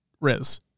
Riz